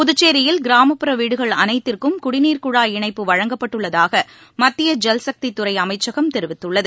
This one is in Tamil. புதுச்சேரியில் கிராமப்புற வீடுகள் அனைத்திற்கும் குடி நீர் குழாய் இணைப்பு வழங்கப்பட்டுள்ளதாக மத்திய ஜல் சக்தித் துறை அமைச்சகம் தெரிவித்துள்ளது